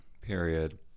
period